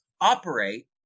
operate